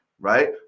right